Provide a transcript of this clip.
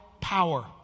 power